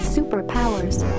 Superpowers